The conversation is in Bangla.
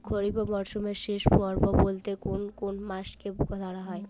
খরিপ মরসুমের শেষ পর্ব বলতে কোন কোন মাস কে ধরা হয়?